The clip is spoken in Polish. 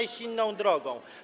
iść inną drogą.